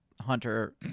Hunter